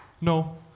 No